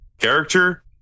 character